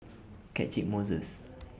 Catchick Moses